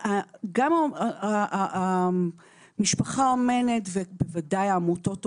גם משפחה אומנת, ודאי עמותות אומנה,